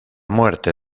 muerte